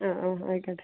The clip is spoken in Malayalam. ആ ഓ ആയിക്കോട്ടെ